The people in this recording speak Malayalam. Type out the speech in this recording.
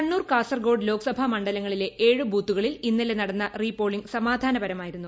കണ്ണൂർ കാസർഗോഡ് ലോക്സഭാ മണ്ഡലങ്ങളിലെ ഏഴു ബൂത്തുകളിൽ ഇന്നലെ നടന്ന റീപോളിങ്ങ് സമാധാനപരമായിരുന്നു